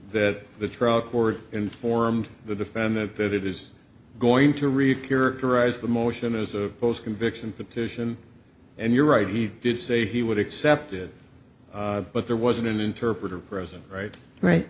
court informed the defendant that it is going to read characterize the motion as a post conviction petition and you're right he did say he would accept it but there wasn't an interpreter present right right